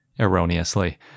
erroneously